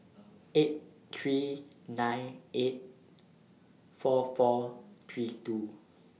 eight three nine eight four four three two